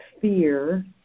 fear